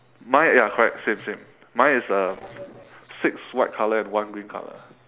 mine ya correct same same mine is uh six white colour and one green colour